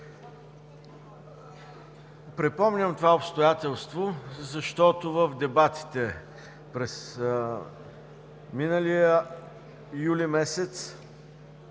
Припомням това обстоятелство, защото в дебатите през миналия юли месец,